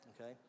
Okay